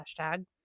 hashtag